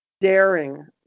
daring